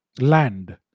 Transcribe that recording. land